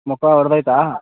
ಮುಖ ಒಡೆದೋಯ್ತಾ